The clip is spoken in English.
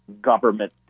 government